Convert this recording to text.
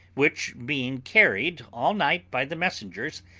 which, being carried all night by the messengers,